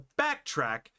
backtrack